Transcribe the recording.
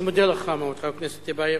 אני מודה לך מאוד, חבר הכנסת טיבייב.